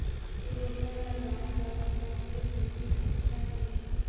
रोपा लगाय बर कोन से मशीन अच्छा हे?